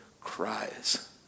cries